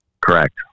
Correct